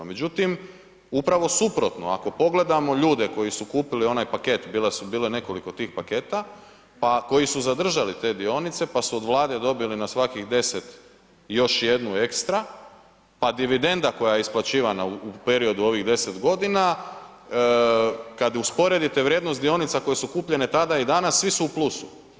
Međutim, upravo suprotno ako pogledamo ljude koji su kupili onaj paket, bilo je nekoliko tih paketa, pa koji su zadržali te dionice pa su od Vlade dobili na svakih deset još jednu ekstra, pa dividenda koja je isplaćivana u periodu ovih deset godina, kada usporedite vrijednost dionica koje su kupljene tada i danas svi su u plusu.